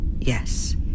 yes